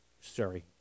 Sorry